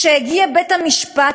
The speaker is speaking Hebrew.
כשהגיע בית-המשפט,